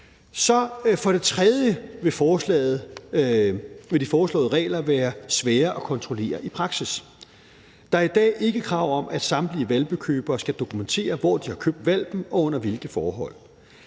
For det tredje vil de foreslåede regler være svære at kontrollere i praksis. Der er i dag ikke krav om, at samtlige hvalpekøbere skal dokumentere, hvor de har købt hvalpen og under hvilke forhold.